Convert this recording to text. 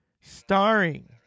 starring